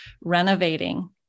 renovating